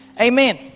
Amen